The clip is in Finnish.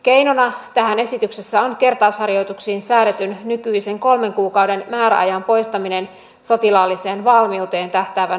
keinona tähän esityksessä on kertausharjoituksiin säädetyn nykyisen kolmen kuukauden määräajan poistaminen sotilaalliseen valmiuteen tähtäävän kohottamisen vuoksi